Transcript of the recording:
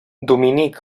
dominic